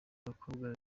abakobwa